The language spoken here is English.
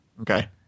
Okay